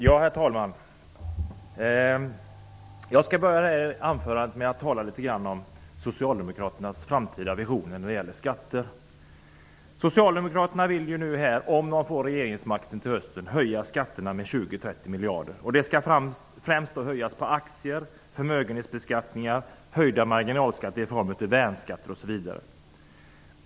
Herr talman! Jag skall börja med att tala litet grand om socialdemokraternas framtida visioner när det gäller skatter. Om socialdemokraterna får regeringsmakten till hösten vill de höja skatterna med 20--30 miljarder. Skatterna skall höjas främst på aktier och förmögenheter. De vill också höja marginalskatterna, en s.k. värnskatt.